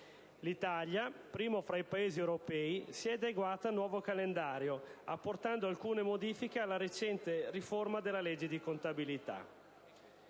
L'Italia, primo fra i Paesi europei, si è adeguata al nuovo calendario apportando alcune modifiche alla recente riforma della legge di contabilità.